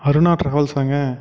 Aruna ட்ராவல்ஸாங்க